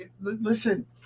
listen